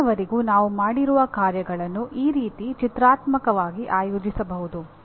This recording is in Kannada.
ಇಂದಿನವರೆಗೂ ನಾವು ಮಾಡಿರುವ ಕಾರ್ಯಗಳನ್ನು ಈ ರೀತಿ ಚಿತ್ರಾತ್ಮಕವಾಗಿ ಆಯೋಜಿಸಬಹುದು